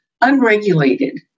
unregulated